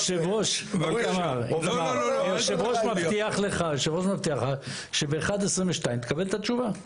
היושב ראש מבטיח לך שב- 13:22 תקבל את התשובה,